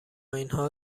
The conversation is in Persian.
اینها